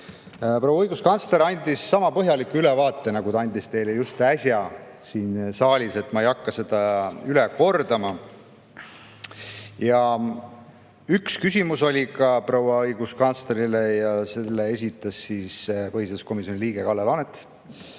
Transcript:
Proua õiguskantsler andis sama põhjaliku ülevaate, nagu ta andis just äsja siin saalis teile, ma ei hakka seda üle kordama. Ka üks küsimus oli proua õiguskantslerile ja selle esitas põhiseaduskomisjoni liige Kalle Laanet.